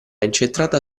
incentrata